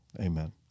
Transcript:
amen